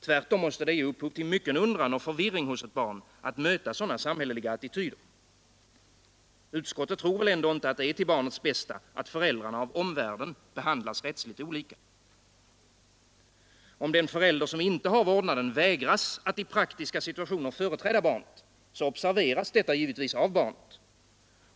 Tvärtom måste det ge upphov till mycken undran och förvirring hos ett barn att möta sådana samhälleliga attityder. Utskottet tror väl ändå inte att det är till barnets bästa att föräldrarna av omvärlden behandlas rättsligt olika? Om den förälder som inte har vårdnaden vägras att i praktiska situationer företräda barnet, så observeras detta givetvis av barnet.